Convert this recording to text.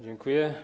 Dziękuję.